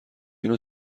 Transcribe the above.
اینو